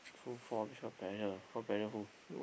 two four pressure what pressure who